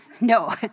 No